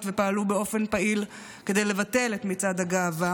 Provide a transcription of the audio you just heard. ופעלו באופן פעיל כדי לבטל את מצעד הגאווה,